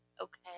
okay